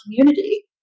community